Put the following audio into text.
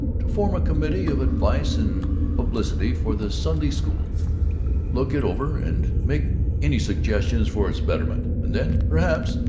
to form a committee of advice and publicity for the sunday school look it over and make any suggestions for its betterment, and then, perhaps,